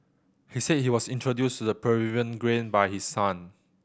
he said he was introduced the Peruvian grain by his son